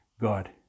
God